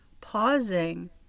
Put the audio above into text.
pausing